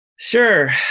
sure